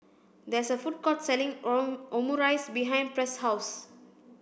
there is a food court selling Omurice behind Press' house